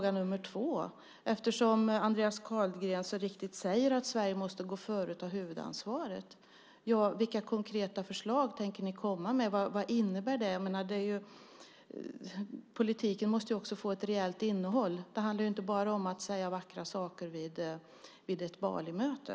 Andreas Carlgren säger så riktigt att Sverige måste gå före och ta huvudansvaret. Vilka konkreta förslag tänker ni komma med? Vad innebär det? Politiken måste också få ett reellt innehåll. Det handlar inte bara om att säga vackra saker vid ett Balimöte.